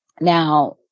now